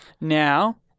Now